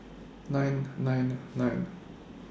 nine nine nine